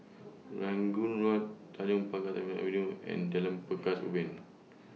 Rangoon Road Tanjong Pagar Terminal Avenue and Jalan Pekan's Ubin